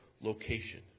location